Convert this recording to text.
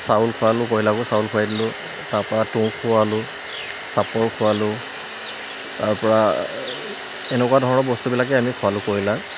চাউল খুৱালোঁ কয়লাৰকো চাউল খুৱাই দিলোঁ তাৰপৰা তুঁহ খুৱালোঁ চাপৰ খুৱালোঁ তাৰ পৰা এনেকুৱা ধৰণৰ বস্তুবিলাকেই আমি খুৱালোঁ কয়লাক